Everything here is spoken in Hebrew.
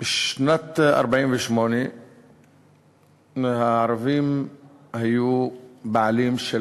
בשנת 1948 הערבים היו בעלים של